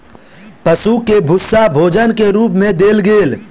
पशु के भूस्सा भोजन के रूप मे देल गेल